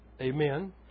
Amen